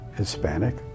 Hispanic